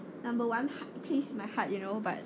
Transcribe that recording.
number one place my heart you know but